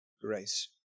grace